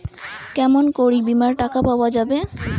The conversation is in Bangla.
কেমন করি বীমার টাকা পাওয়া যাবে?